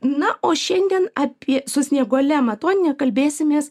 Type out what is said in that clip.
na o šiandien apie su snieguole matoniene kalbėsimės